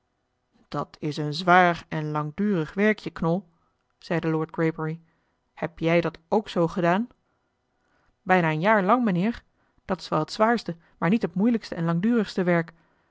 dat is een zwaar en langdurig werkje knol zeide lord greybury heb jij dat ook zoo gedaan bijna een jaar lang mijnheer dat is wel het zwaarste maar eli heimans willem roda niet het moeilijkste en langdurigste werk